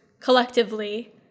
collectively